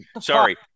Sorry